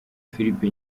filipe